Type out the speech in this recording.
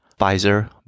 Pfizer